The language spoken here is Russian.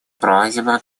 просьба